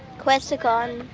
questacon.